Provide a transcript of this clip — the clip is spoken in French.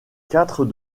quatre